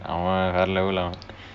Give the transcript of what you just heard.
அவன் வேற:avan veera level